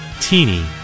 teeny